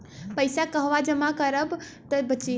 पैसा कहवा जमा करब त बची?